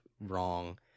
wrong